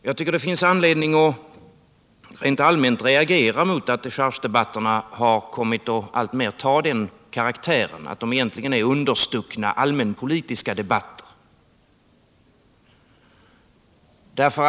Jag tycker att det finns anledning att rent allmänt reagera mot att dechargedebatterna har kommit att alltmer få den karaktären att de egentligen är understucket allmänpolitiska debatter.